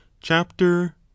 chapter